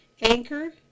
Anchor